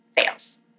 fails